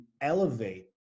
elevate